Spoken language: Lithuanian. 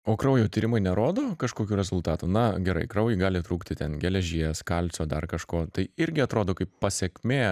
o kraujo tyrimai nerodo kažkokių rezultatų na gerai kraujui gali trūkti ten geležies kalcio dar kažko tai irgi atrodo kaip pasekmė